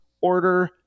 order